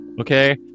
okay